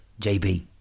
JB